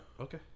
Okay